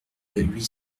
huit